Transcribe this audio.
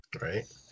right